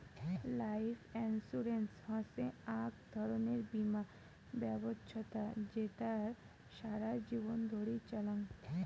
life insurance হসে আক ধরণের বীমা ব্যবছস্থা জেতার সারা জীবন ধরি চলাঙ